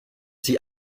sie